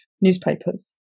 newspapers